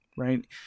Right